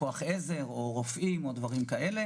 רופאים וכוח עזר.